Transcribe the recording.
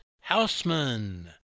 Houseman